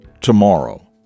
tomorrow